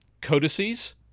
codices